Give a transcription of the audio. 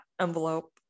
envelope